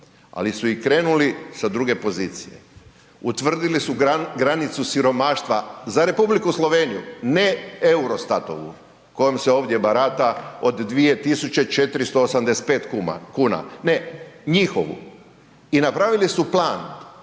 ali su i krenuli sa druge pozicije. Utvrdili su granicu siromaštva za Republiku Sloveniju ne EUROSTAT-ovu kojom se ovdje barata od 2.485 kuna, ne njihovu. I napravili su plan,